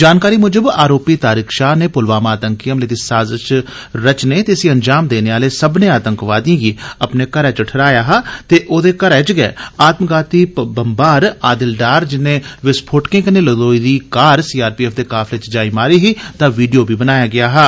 जानकारी मूजब अरोपी तारिक शाह नै पुलवामा आतंकी हमले दी साजश रचने ते इसी अंजाम देने आले सब्बने आतंकवादिएं गी अपने घरै व इहराया हा ते ओह्दे घरै च गै आत्मघाती बम्बार आदिल डार जिन्ने विस्फोटकें कन्नै लदोई दी कार सीआरपीएफ दे काफले च जाई मारी ही दा वीडियो बी बनाया गेआ हा